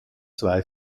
zwei